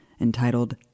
entitled